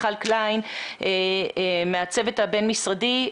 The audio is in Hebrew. מיכל קליין מהצוות הבין משרדי,